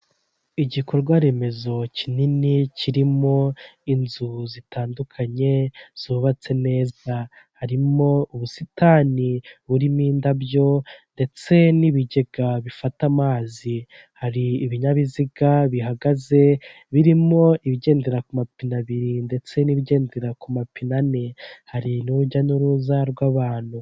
Igikorwa remezo kinini kirimo inzu zitandukanye zubatse neza, harimo ubusitani burimo indabyo ndetse n'ibigega bifata amazi, hari ibinyabiziga bihagaze birimo ibigendera ku mapine abiri ndetse n'ibigendera ku mapine ane, hari urujya n'uruza rw'abantu.